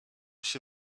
się